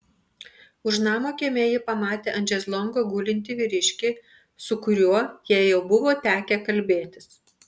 už namo kieme ji pamatė ant šezlongo gulintį vyriškį su kuriuo jai jau buvo tekę kalbėtis